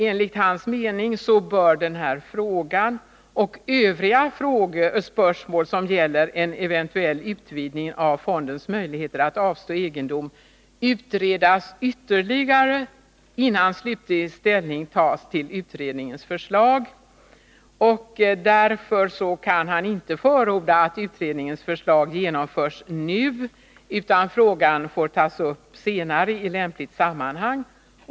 Enligt hans mening bör denna fråga och övriga spörsmål som gäller en eventuell utvidgning av fondens möjligheter att avstå egendom utredas ytterligare, innan slutlig ställning tas till utredningens förslag, och därför kan han inte förorda att utredningens förslag genomförs nu utan menar att frågan får tas upp senare i lämpligt sammanhang.